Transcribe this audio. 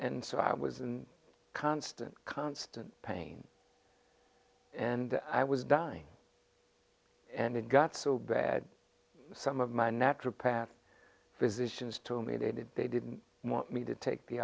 and so i was in constant constant pain and i was dying and it got so bad some of my natural path physicians told me they did they didn't want me to take the